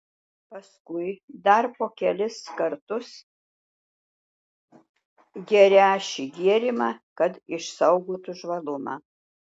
paskui dar po kelis kartus gerią šį gėrimą kad išsaugotų žvalumą